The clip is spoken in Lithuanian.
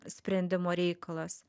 sprendimo reikalas